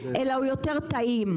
אלא הוא יותר טעים.